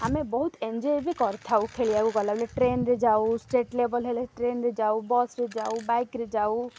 ଆମେ ବହୁତ ଏନଜଏ୍ବି କରିଥାଉ ଖେଳିବାକୁ ଗଲା ବଳେ ଟ୍ରେନ୍ରେ ଯାଉ ଷ୍ଟେଟ୍ ଲେବଲ୍ ହେଲେ ଟ୍ରେନ୍ରେ ଯାଉ ବସ୍ରେେ ଯାଉ ବାଇକ୍ରେ ଯାଉ